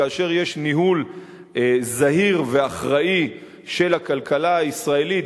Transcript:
כאשר יש ניהול זהיר ואחראי של הכלכלה הישראלית,